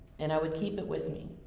and i would keep it with me.